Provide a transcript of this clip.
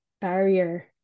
barrier